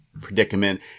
predicament